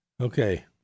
Okay